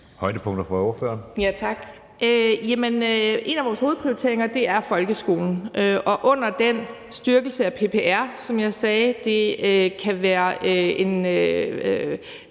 En af vores hovedprioriteringer er folkeskolen og under den styrkelse af PPR, som jeg sagde. Det kan være